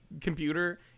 computer